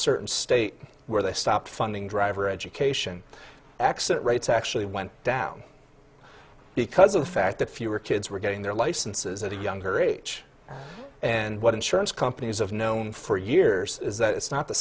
certain state where they stop funding driver education accident rates actually went down because of the fact that fewer kids were getting their licenses at a younger age and what insurance companies have known for years is that it's not the